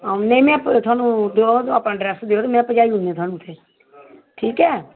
हां नेईं में थुआनू अपना अड्रैस देओ में आपें पजाई दिन्नी आं थुआनू उत्थै ठीक ऐ